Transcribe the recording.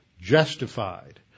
justified